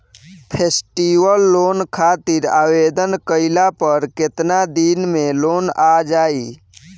Festival loan खातिर आवेदन कईला पर केतना दिन मे लोन आ जाई?